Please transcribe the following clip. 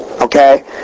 Okay